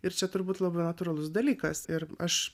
ir čia turbūt labai natūralus dalykas ir aš